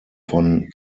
von